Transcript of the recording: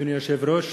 אדוני היושב-ראש,